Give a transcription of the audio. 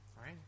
right